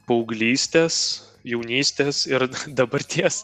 paauglystės jaunystės ir dabarties